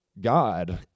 God